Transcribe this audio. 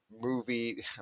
movie